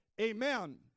Amen